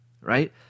right